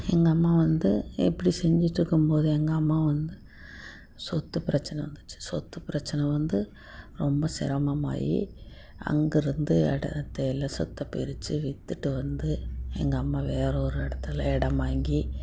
எங்கள் அம்மா வந்து எப்படி செஞ்சிகிட்டு இருக்கும்போதே எங்கள் அம்மா வந்து சொத்துப் பிரச்சனை வந்துச்சு சொத்துப் பிரச்சனை வந்து ரொம்ப செரமமாகி அங்கேருந்து அடுத்து எல்லா சொத்தை பிரிச்சு விற்றுட்டு வந்து எங்கள் அம்மா வேறு ஒரு இடத்துல இடம் வாங்கி